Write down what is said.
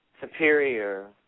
superior